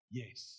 yes